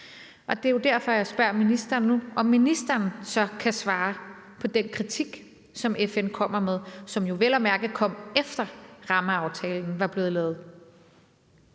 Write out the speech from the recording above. Det er jo derfor, jeg spørger ministeren nu, om ministeren så kan svare på den kritik, som FN kommer med, og som jo vel at mærke kom, efter at rammeaftalen var blevet lavet?